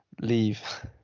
leave